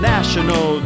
National